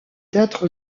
d’être